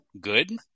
good